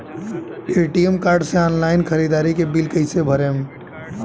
ATM card से online ख़रीदारी के बिल कईसे भरेम?